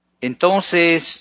Entonces